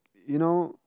you know